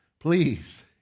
Please